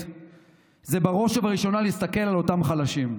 זה בראש ובראשונה להסתכל על אותם חלשים.